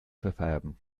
verfärben